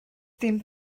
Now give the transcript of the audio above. dim